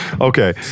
okay